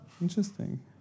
interesting